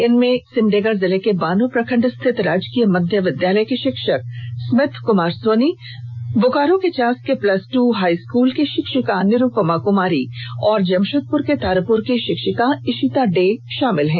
इनमें सिमडेगा जिले के बानो प्रखंड स्थित राजकीय मध्य विद्यालय के शिक्षक रिमथ कमार सोनी बोकारो के चास के प्लस द हाई स्कूल की शिक्षिका निरुपमा कुमारी और जमशेदपुर के तारापुर की शिक्षिका इशिता डे शामिल हैं